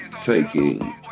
taking